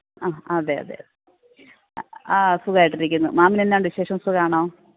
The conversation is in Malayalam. ആ ഹ് അതെ അതെ ആ സുഖായിട്ടിരിക്കുന്നു മാമിന് എന്നാ ഉണ്ട് വിശേഷം സുഖമാണോ